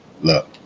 Look